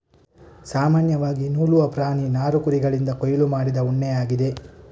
ಸಾಮಾನ್ಯವಾಗಿ ನೂಲುವ ಪ್ರಾಣಿ ನಾರು ಕುರಿಗಳಿಂದ ಕೊಯ್ಲು ಮಾಡಿದ ಉಣ್ಣೆಯಾಗಿದೆ